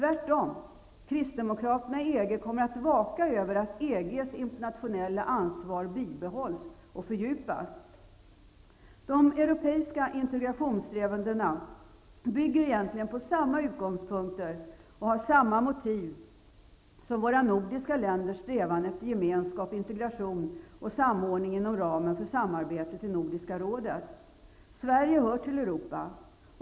Tvärtom, kristdemokraterna i EG kommer att vaka över att EG:s internationella ansvar bibehålls och fördjupas. De europeiska integrationssträvandena bygger egentligen på samma utgångspunkter och har samma motiv som våra nordiska länders strävan efter gemenskap, integration och samordning inom ramen för samarbetet i Nordiska rådet. Sverige hör till Europa.